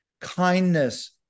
kindness